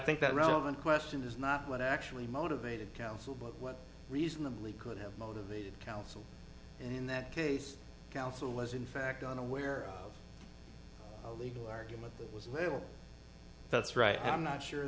think that relevant question is not what actually motivated counsel but what reasonably could have motivated counsel in that case counsel was in fact unaware of a legal argument that was a little that's right i'm not sure